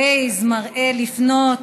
Waze מראה לפנות,